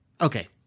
Okay